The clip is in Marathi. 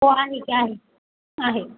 हो आहे ते आहे आहे